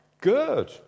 Good